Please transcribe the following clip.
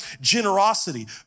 generosity